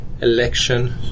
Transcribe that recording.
election